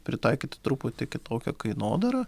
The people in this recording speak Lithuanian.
pritaikyti truputį kitokią kainodarą